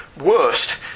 worst